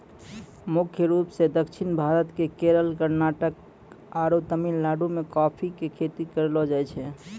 मुख्य रूप सॅ दक्षिण भारत के केरल, कर्णाटक आरो तमिलनाडु मॅ कॉफी के खेती करलो जाय छै